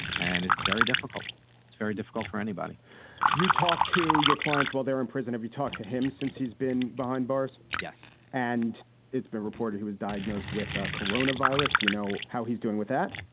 and it's very difficult. it's very difficult for anybody you talk to your clients while they're in prison. if you talked to him since he's been behind bars. yes. and it's been reported he was diagnosed with a corona virus. do you know how he's doing with that?